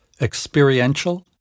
experiential